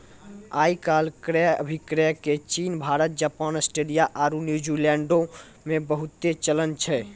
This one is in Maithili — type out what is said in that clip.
आइ काल्हि क्रय अभिक्रय के चीन, भारत, जापान, आस्ट्रेलिया आरु न्यूजीलैंडो मे बहुते चलन छै